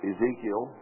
Ezekiel